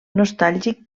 nostàlgic